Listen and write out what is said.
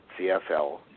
CFL